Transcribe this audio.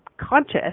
conscious